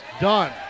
Done